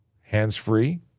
Hands-free